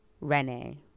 Rene